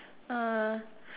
uh